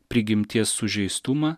prigimties sužeistumą